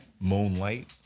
Moonlight